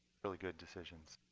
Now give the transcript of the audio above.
really good decisions.